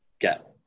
get